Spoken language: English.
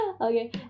okay